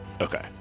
Okay